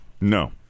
No